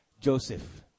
Joseph